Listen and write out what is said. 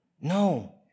no